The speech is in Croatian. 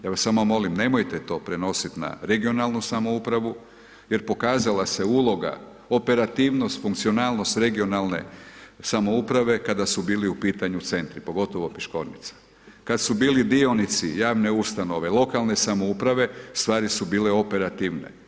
Ja vas samo molim, nemojte to prenositi na regionalnu samoupravu jer pokazala se uloga operativnost, funkcionalnost regionalne samouprave kada su bili u pitanju centri, pogotovo Piškornica, kad su bili dionici javne ustanove, lokalne samouprave, stvari su bile operativne.